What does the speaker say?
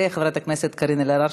וחברת הכנסת קארין אלהרר,